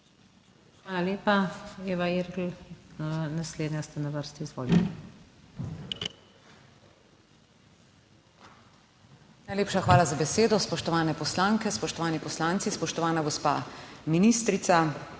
Hvala lepa. Eva Irgl, naslednja ste na vrsti, izvolite. EVA IRGL (PS NP): Najlepša hvala za besedo. Spoštovane poslanke, spoštovani poslanci, spoštovana gospa ministrica!